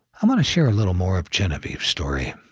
i want to share a little more of genevieve's story.